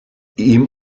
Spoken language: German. ihm